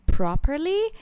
properly